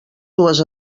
dues